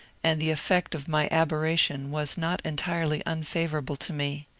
and the effect of my ab erration was not entirely unfavourable to me.